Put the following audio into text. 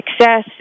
success